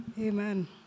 amen